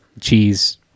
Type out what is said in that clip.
cheese